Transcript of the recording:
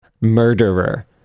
Murderer